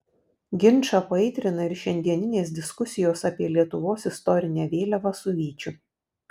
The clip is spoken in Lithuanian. ginčą paaitrina ir šiandieninės diskusijos apie lietuvos istorinę vėliavą su vyčiu